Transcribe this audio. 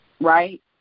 right